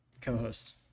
co-host